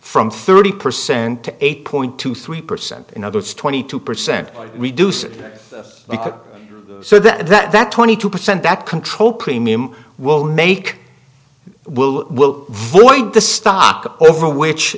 from thirty percent to eight point two three percent and others twenty two percent reduce it so that twenty two percent that control premium will make will will void the stock over which